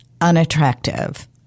unattractive